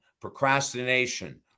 procrastination